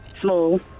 small